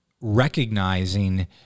recognizing